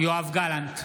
יואב גלנט,